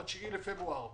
איך לאשר את התוכנית.